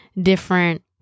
different